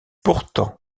pourtant